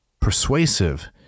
persuasive